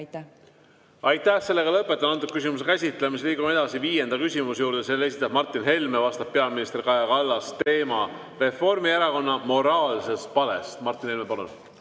Aitäh! Lõpetan selle küsimuse käsitlemise. Liigume edasi viienda küsimuse juurde. Selle esitab Martin Helme ja vastab peaminister Kaja Kallas. Teema on Reformierakonna moraalne pale. Martin Helme, palun!